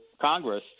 Congress